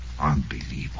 Unbelievable